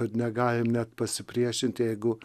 kad negalim net pasipriešinti jeigu